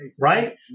right